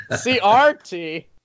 C-R-T